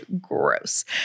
Gross